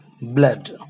blood